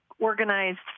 organized